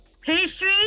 Pastry